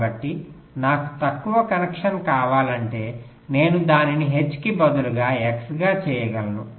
కాబట్టి నాకు తక్కువ కనెక్షన్ కావాలంటే నేను దానిని H కి బదులుగా X గా చేయగలను